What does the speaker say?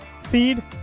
feed